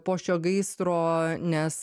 po šio gaisro nes